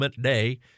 day